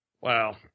Wow